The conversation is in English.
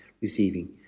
receiving